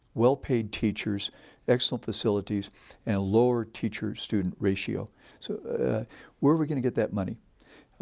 well paid teachers excellent facilities and lower teacher student ratio so where are we going to get that money.